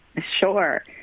Sure